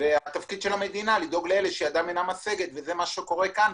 והתפקיד של המדינה לדאוג לאלה שידם אינה משגת וזה מה שקורה כאן.